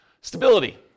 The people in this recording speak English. Stability